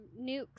nukes